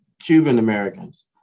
Cuban-Americans